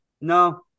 No